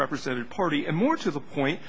represented party and more to the point